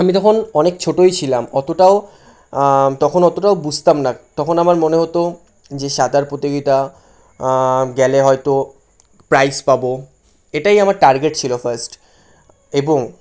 আমি যখন অনেক ছোটোই ছিলাম অতটাও তখন অতোটাও বুঝতাম না তখন আমার মনে হতো যে সাঁতার প্রতিযোগিতা গেলে হয়তো প্রাইস পাবো এটাই আমার টার্গেট ছিলো ফার্স্ট এবং